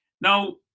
Now